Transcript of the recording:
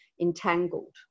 entangled